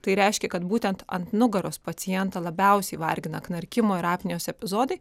tai reiškia kad būtent ant nugaros pacientą labiausiai vargina knarkimo ir apnėjos epizodai